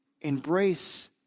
Embrace